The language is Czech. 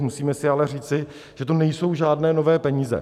Musíme si ale říci, že to nejsou žádné nové peníze.